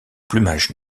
plumage